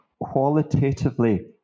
qualitatively